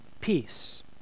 peace